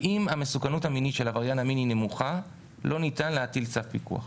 אם המסוכנות המינית של עבריין המין היא נמוכה לא ניתן להטיל צו פיקוח.